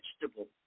vegetable